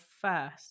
first